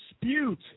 dispute